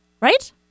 Right